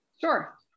Sure